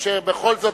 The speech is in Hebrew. באשר בכל זאת,